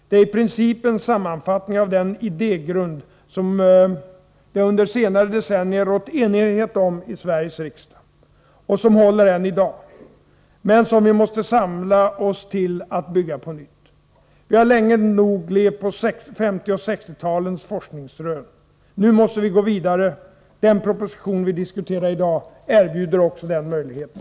Det är i princip en sammanfattning av den idégrund som det under senare decennier rått enighet om i Sveriges riksdag. Det är en grund som håller än i dag, men som vi måste samla oss till att bygga nytt på. Vi har levt länge nog på 1950 och 1960-talens forskningsrön. Nu måste vi gå vidare. Den proposition vi diskuterar i dag erbjuder också den möjligheten.